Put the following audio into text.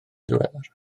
ddiweddar